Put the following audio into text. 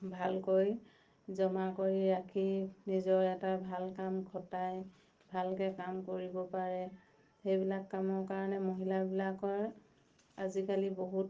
ভালকৈ জমা কৰি ৰাখি নিজৰ এটা ভাল কাম খটাই ভালকৈ কাম কৰিব পাৰে সেইবিলাক কামৰ কাৰণে মহিলাবিলাকৰ আজিকালি বহুত